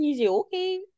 okay